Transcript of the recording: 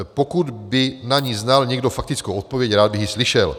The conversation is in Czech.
Pokud by na ni znal někdo faktickou odpověď, rád bych ji slyšel.